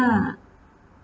lah